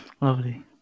Lovely